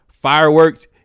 Fireworks